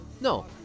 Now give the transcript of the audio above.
no